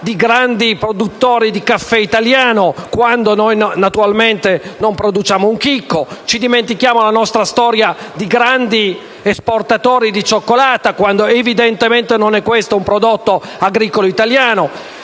di grandi produttori di caffè italiano, quando naturalmente noi non produciamo un solo chicco. Si dimentica la nostra storia di grandi esportatori di cioccolata, quando evidentemente non è questo un prodotto agricolo italiano.